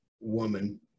woman